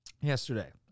Yesterday